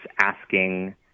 asking